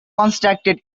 constructed